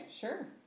sure